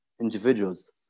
individuals